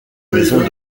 maison